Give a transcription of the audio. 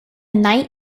knight